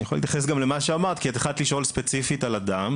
אני יכול להתייחס גם למה שאת אמרת כי את התחלת לשאול ספציפית על אדם,